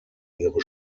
ihre